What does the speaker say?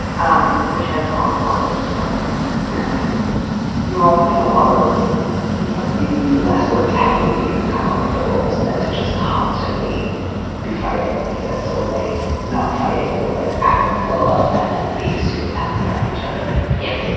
um which has caused a lot of this resentment and weirdness you're all putting a lot of work in now you know, it will be less work to have the meeting and come up with the rules than to just constantly be fighting like this or like not fighting, but like having a blow up and then being super tense around each other. yes.